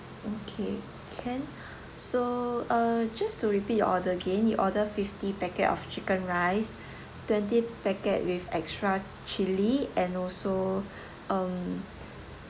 okay can so uh just to repeat your order again you order fifty packet of chicken rice twenty packet with extra chili and also um